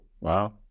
wow